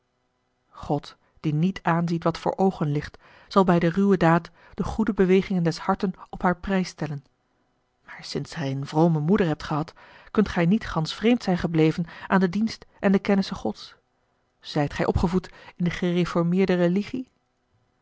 god die niet aanziet wat voor oogen ligt zal bij de ruwe daad de goede bewegingen des harten op haar prijs stellen a l g bosboom-toussaint de delftsche wonderdokter eel aar sinds gij eene vrome moeder hebt gehad kunt gij niet gansch vreemd zijn gebleven aan den dienst en de kennisse gods zijt gij opgevoed in de gereformeerde religie